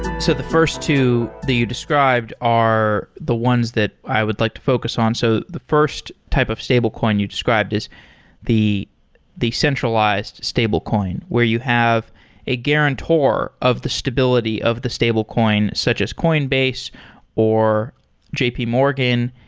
so the first two that you described are the ones that i would like to focus on. so the first type of stablecoin you described is the the centralized stablecoin, where you have a guarantor of the stability of the stablecoin, such as coinbase or jpmorgan.